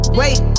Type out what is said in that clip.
wait